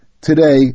today